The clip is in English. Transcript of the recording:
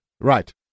Right